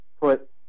put